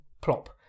plop